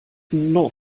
not